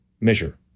measure